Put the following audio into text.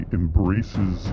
embraces